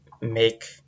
make